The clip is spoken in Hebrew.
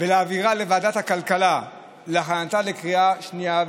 ולהעבירה לוועדת הכלכלה להכנתה לקריאה שנייה ושלישית.